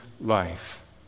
life